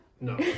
No